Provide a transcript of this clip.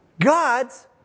God's